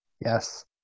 Yes